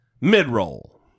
mid-roll